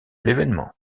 l’événement